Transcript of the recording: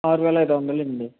ఆరువేల ఐదు వందలు అండి